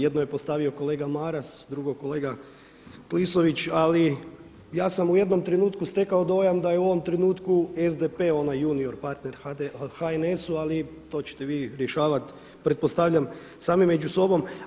Jedno je postavio kolega Maras, drugo kolega Klisović, ali ja sam u jednom trenutku stekao dojam da je u ovom trenutku SDP onaj junior partner HNS-u ali to ćete vi rješavati pretpostavljam sami među sobom.